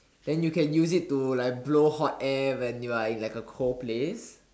then you can use it to like blow hot hair when you are in like a cold place